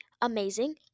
amazing